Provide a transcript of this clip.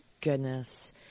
goodness